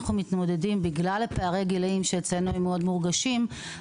בגלל שפערי הגילאים הם מאוד מורגשים אצלנו,